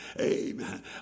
Amen